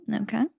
Okay